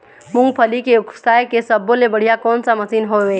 मूंगफली के उसकाय के सब्बो ले बढ़िया कोन सा मशीन हेवय?